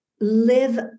live